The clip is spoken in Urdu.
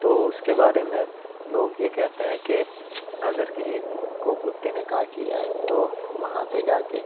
تو اس کے بارے میں لوگ یہ کہتے ہیں کہ اگر کسی کو کتے نے کاٹ لیا ہے تو وہاں پہ جا کے